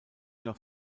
nach